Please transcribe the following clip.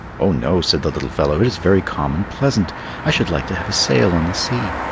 oh no, said the little fellow, it is very calm and pleasant i should like to have a sail on the sea.